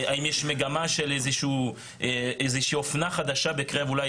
האם יש מגמה של איזו שהיא אופנה חדשה בקרב אולי